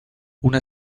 una